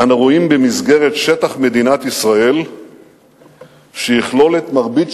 "אנו רואים במסגרת שטח מדינת ישראל שיכלול את מרבית